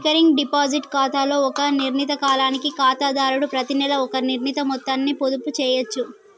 recurring deposit ఖాతాలో ఒక నిర్ణీత కాలానికి ఖాతాదారుడు ప్రతినెలా ఒక నిర్ణీత మొత్తాన్ని పొదుపు చేయచ్చు